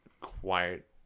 quiet